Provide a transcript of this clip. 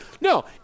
No